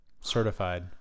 Certified